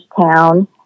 town